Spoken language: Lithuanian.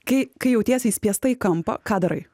kai kai jautiesi įspiesta į kampą ką darai